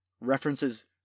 references